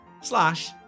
slash